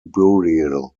burial